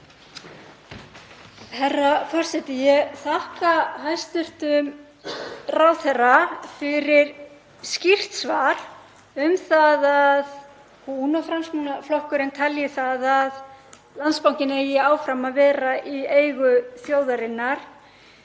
Herra forseti. Ég þakka hæstv. ráðherra fyrir skýrt svar, að hún og Framsóknarflokkurinn telji að Landsbankinn eigi áfram að vera í eigu þjóðarinnar.